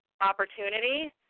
opportunity